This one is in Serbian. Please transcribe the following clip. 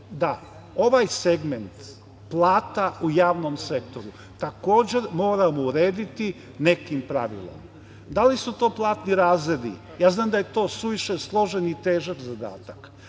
da ovaj segment plata u javnom sektoru takođe moramo urediti nekim pravilom, da li su to platni razredi, znam da je to suviše složen i težak zadatak,